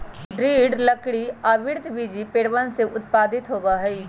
दृढ़ लकड़ी आवृतबीजी पेड़वन से उत्पादित होबा हई